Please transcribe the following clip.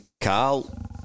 Carl